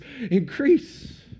increase